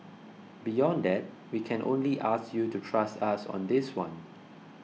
beyond that we can only ask you to trust us on this one